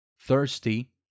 thirsty